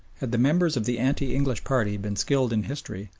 had the members of the anti-english party been skilled in history,